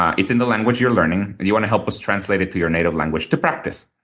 it's in the language you're learning, if you want to help us translate it to your native language to practice.